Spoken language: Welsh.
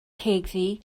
cegddu